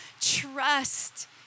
trust